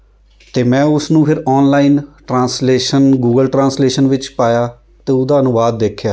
ਅਤੇ ਮੈਂ ਉਸ ਨੂੰ ਫਿਰ ਔਨਲਾਈਨ ਟ੍ਰਾਂਸਲੇਸ਼ਨ ਗੂਗਲ ਟ੍ਰਾਂਸਲੇਸ਼ਨ ਵਿੱਚ ਪਾਇਆ ਅਤੇ ਉਹਦਾ ਅਨੁਵਾਦ ਦੇਖਿਆ